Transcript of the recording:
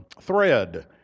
thread